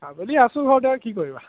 আবেলি আছোঁ ঘৰতে কি কৰিবা